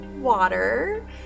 water